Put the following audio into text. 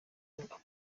uko